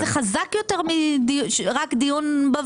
זה חזק יותר מדיון בוועדה.